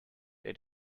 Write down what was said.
they